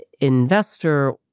investor